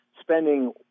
spending